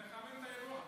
אדוני, אני מחמם את האירוע.